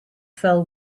fell